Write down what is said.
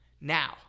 Now